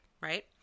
right